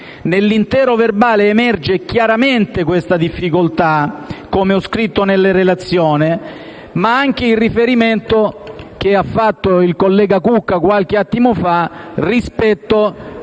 Nell'intero verbale emerge chiaramente questa difficoltà, come ho scritto nella relazione, ma anche il riferimento che ha fatto il collega Cucca qualche attimo fa rispetto